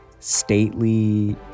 stately